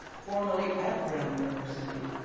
formerly at brown university,